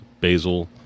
basil